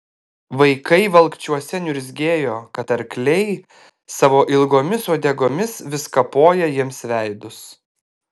vaikai valkčiuose niurzgėjo kad arkliai savo ilgomis uodegomis vis kapoja jiems veidus